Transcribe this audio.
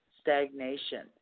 stagnation